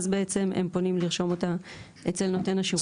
אז בעצם הם פונים לרשום אותה אצל נותן השירות.